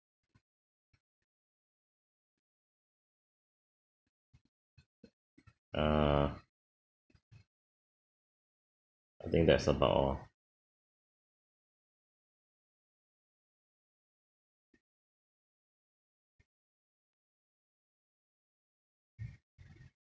ah I think that's about all